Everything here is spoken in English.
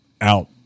out